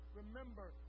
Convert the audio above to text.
remember